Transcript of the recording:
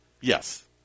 Yes